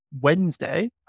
Wednesday